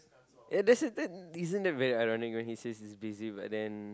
yeah that that's isn't that very ironic when he says he's busy but then